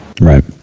Right